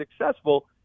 successful